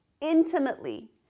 intimately